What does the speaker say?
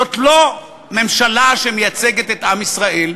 זאת לא ממשלה שמייצגת את עם ישראל,